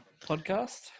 podcast